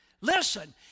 Listen